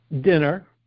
dinner